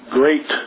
great